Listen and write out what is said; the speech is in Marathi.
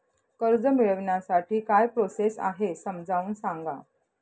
कर्ज मिळविण्यासाठी काय प्रोसेस आहे समजावून सांगा